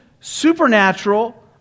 supernatural